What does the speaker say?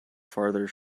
farther